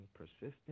persistent